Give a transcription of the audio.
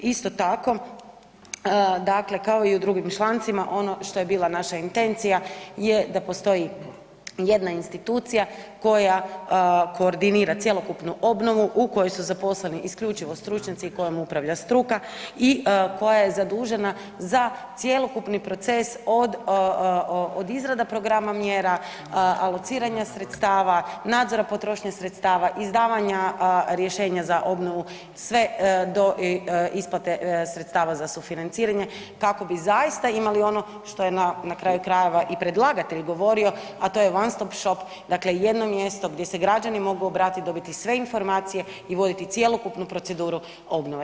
Isto tako, dakle kao i u drugim člancima ono što je bila naša intencija je da postoji jedna institucija koja koordinira cjelokupnu obnovu u kojoj su zaposleni isključivo stručnjaci i kojom upravlja struka i koja je zadužena za cjelokupni proces od, od izrada programa mjera, alociranja sredstava, nadzora potrošnje sredstava, izdavanja rješenja za obnovu, sve do isplate sredstava za sufinanciranje kako bi zaista imali ono što je na, na kraju krajeva i predlagatelj govorio, a to je … [[Govornik se ne razumije]] dakle jedno mjesto gdje se građani mogu obratit, dobiti sve informacije i voditi cjelokupnu proceduru obnove.